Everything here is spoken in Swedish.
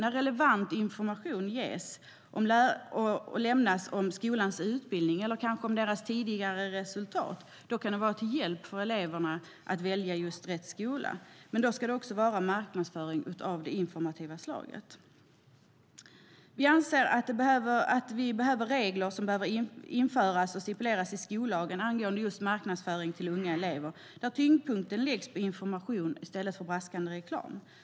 När relevant information ges om skolans utbildning eller kanske om skolans tidigare resultat kan det vara till hjälp för eleverna att välja rätt skola. Men då ska det vara marknadsföring av det informativa slaget. Vi anser att regler behöver införas och stipuleras i skollagen angående marknadsföring till unga elever där tyngdpunkten läggs på information i stället för på braskande reklam.